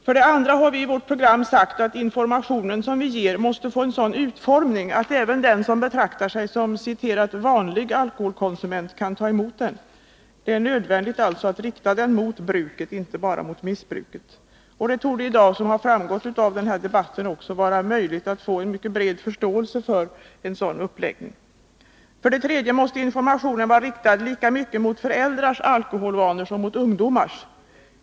För det andra har vi sagt att informationen som vi ger måste få en sådan utformning att även den som betraktar sig som ”vanlig alkoholkonsument” kan ta emot den. Det är nödvändigt att rikta informationen mot bruket, inte bara mot missbruket. Som har framgått också av dagens debatt torde det i dag vara möjligt att få en mycket bred förståelse för en sådan uppläggning. För det tredje måste informationen vara riktad lika mycket mot föräldrars alkoholvanor som mot ungdomars.